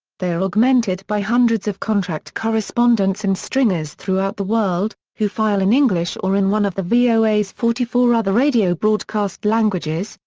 they are augmented by hundreds of contract correspondents and stringers throughout the world, who file in english or in one of the voa's forty four other radio broadcast languages,